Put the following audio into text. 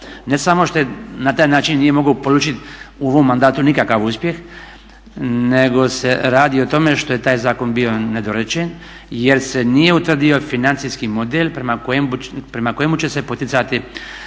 Ne samo što na taj način nije mogao polučit u ovom mandatu nikakav uspjeh nego se radi o tome što je taj zakon bio nedorečen jer se nije utvrdio financijski model prema kojemu će se poticati